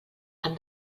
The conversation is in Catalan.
han